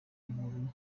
inkuru